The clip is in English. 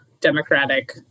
Democratic